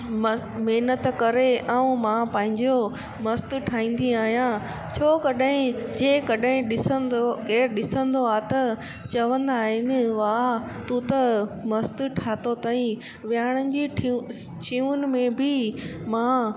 महिनत करे ऐं मां पंहिंजो मस्तु ठाहींदी आहियां छो कॾहिं जेकॾहिं ॾिसंदो केरु ॾिसंदो आहे त चवंदा आहिनि वाह तूं त मस्तु ठाहियो अथई विहाणनि जी ठियूसि चियूनि में बि मां